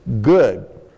good